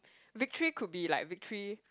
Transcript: victory could be like victory